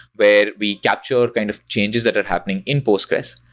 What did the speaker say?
where we capture kind of changes that are happening in postgres.